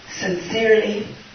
sincerely